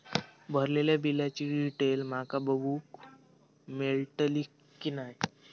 भरलेल्या बिलाची डिटेल माका बघूक मेलटली की नाय?